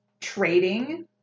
trading